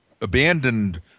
abandoned